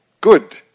good